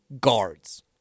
guards